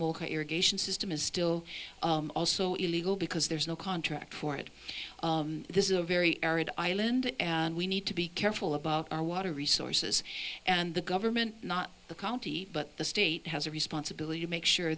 irrigation system is still also illegal because there's no contract for it this is a very arid island and we need to be careful about our water resources and the government not the county but the state has a responsibility to make sure